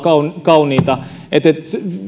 kauniita